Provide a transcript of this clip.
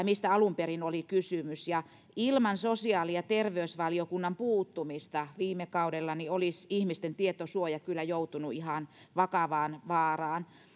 mistä alun perin oli kysymys ilman sosiaali ja terveysvaliokunnan puuttumista viime kaudella olisi ihmisten tietosuoja kyllä joutunut ihan vakavaan vaaraan